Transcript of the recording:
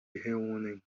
reúnem